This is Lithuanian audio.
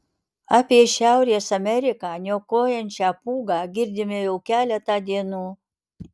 apie šiaurės ameriką niokojančią pūgą girdime jau keletą dienų